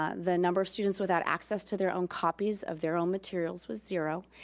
ah the number of students without access to their own copies of their own materials was zero.